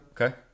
Okay